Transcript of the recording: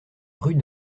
rue